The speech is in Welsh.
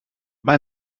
mae